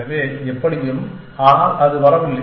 எனவே எப்படியும் அதனால் அது வரவில்லை